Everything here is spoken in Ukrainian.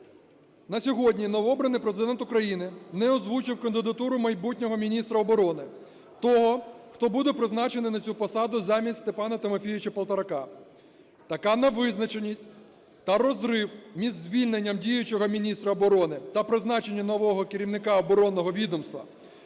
на сьогодні новообраний Президент України не озвучив кандидатуру майбутнього міністра оборони, того, хто буде призначений на цю посаду замість Степана Тимофійовича Полторака. Така невизначеність та розрив між звільненням діючого міністра оборони та призначення нового керівника оборонного відомства